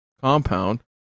compound